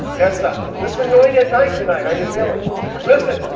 yes, sir, this is annoying at night tonight our village listen,